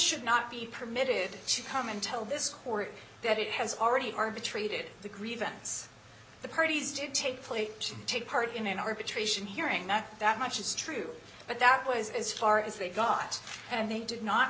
should not be permitted to come and tell this court that it has already arbitrated the grievance the parties did take place to take part in an arbitration hearing not that much is true but that was as far as they got and they did not